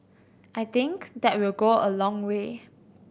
I think that will go a long way